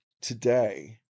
today